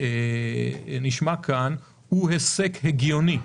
שנאמר כאן, הוא היסק הגיוני.